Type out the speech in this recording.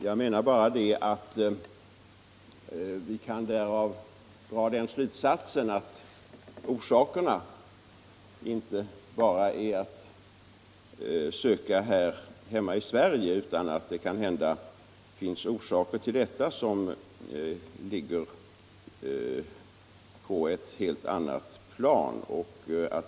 Jag menar att vi därav kan dra slutsatsen att orsakerna inte bara är att söka här hemma utan att det kanhända finns orsaker till detta som ligger på ett helt annat plan.